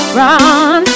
run